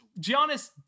Giannis